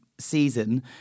season